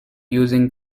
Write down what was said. using